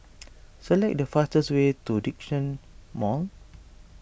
select the fastest way to Djitsun Mall